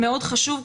זה מאוד חשוב,